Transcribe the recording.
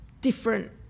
different